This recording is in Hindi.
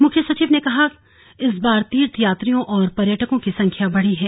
मुख्य सचिव ने कहा इस बार तीर्थ यात्रियों और पर्यटकों की संख्या बढ़ी है